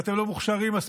כי אתם לא מוכשרים מספיק,